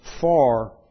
far